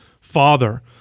father